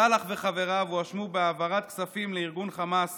סלאח וחבריו הואשמו בהעברת כספים לארגון חמאס